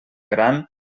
gran